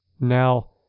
Now